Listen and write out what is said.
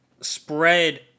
spread